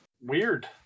Weird